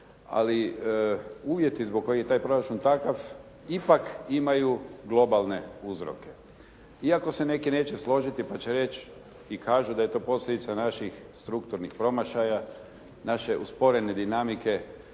ali uvjeti zbog kojih je taj proračun takav ipak imaju globalne uzroke. Iako se neki neće složiti pa će reći i kažu da je to posljedica naših strukturnih promašaja, naše usporene dinamike